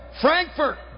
Frankfurt